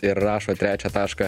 ir rašo trečią tašką